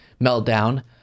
meltdown